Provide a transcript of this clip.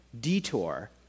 Detour